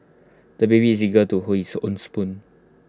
the baby is eager to hold his own spoon